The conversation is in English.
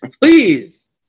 please